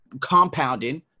compounding